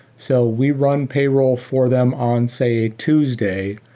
so we run payroll for them on say a tuesday.